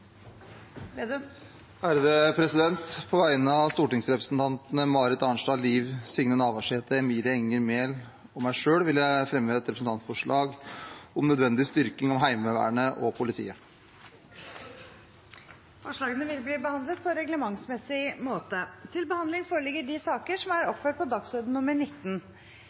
På vegne av stortingsrepresentantene Marit Arnstad, Liv Signe Navarsete, Emilie Enger Mehl og meg selv vil jeg fremme et representantforslag om nødvendig styrking av Heimevernet og politiet. Forslagene vil bli behandlet på reglementsmessig måte. Stortinget mottok mandag meddelelse fra Statsministerens kontor om at statsminister Erna Solberg vil møte til muntlig spørretime. Statsministeren er